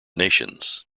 nations